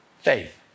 faith